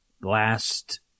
last